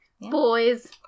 Boys